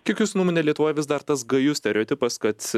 kiek jūsų nuomone lietuvoj vis dar tas gajus stereotipas kad